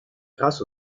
grâce